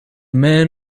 man